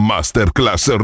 Masterclass